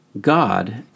God